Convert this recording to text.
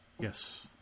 Yes